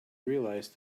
realised